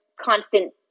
constant